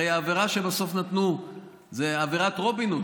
הרי העבירה שבסוף נתנו זה עבירת רובין הוד,